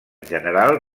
general